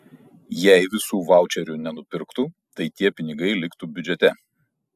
jei visų vaučerių nenupirktų tai tie pinigai liktų biudžete